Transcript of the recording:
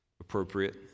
appropriate